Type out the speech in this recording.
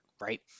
right